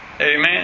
Amen